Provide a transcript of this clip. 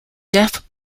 deaf